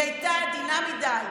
היא הייתה עדינה מדי,